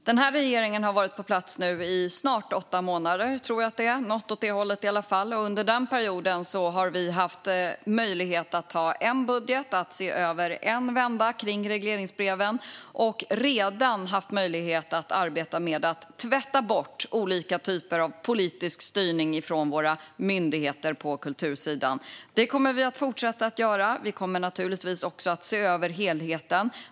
Herr talman! Regeringen har varit på plats i snart åtta månader. Under denna period har vi haft möjlighet att lägga fram en budget och haft en vända då vi kunnat se över regleringsbreven. Vi har redan haft möjlighet att arbeta med att tvätta bort olika typer av politisk styrning hos våra myndigheter på kultursidan. Det kommer vi att fortsätta göra. Vi kommer naturligtvis också att se över helheten.